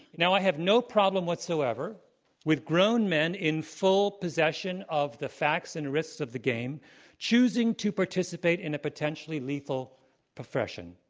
now, i have no problem whatsoever with grown men in full possession of the facts and risks of the game choosing to participate in a potentially lethal profession,